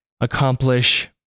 accomplish